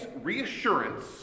reassurance